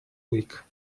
week